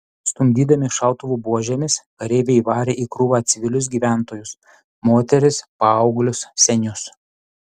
stumdydami šautuvų buožėmis kareiviai varė į krūvą civilius gyventojus moteris paauglius senius